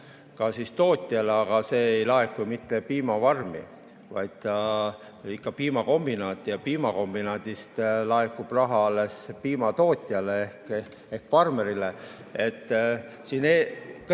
ka tootjale. Aga see ei laeku mitte piimafarmi, vaid ikka piimakombinaati, ja piimakombinaadist laekub raha alles piimatootjale ehk farmerile. Kõik